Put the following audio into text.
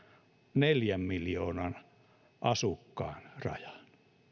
neljän miljoonan asukkaan rajan